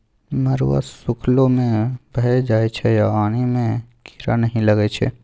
मरुआ सुखलो मे भए जाइ छै आ अहि मे कीरा नहि लगै छै